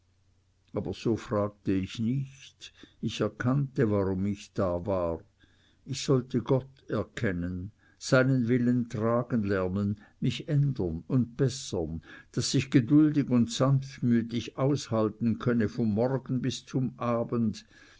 aber so fragte ich nicht ich erkannte warum ich da war ich sollte gott erkennen seinen willen tragen lernen mich ändern und bessern daß ich geduldig und sanftmütig aushalten könne vom morgen bis zum abend